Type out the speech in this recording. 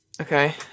Okay